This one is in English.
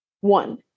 One